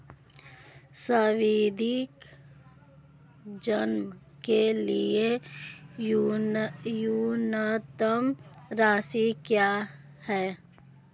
सावधि जमा के लिए न्यूनतम राशि क्या है?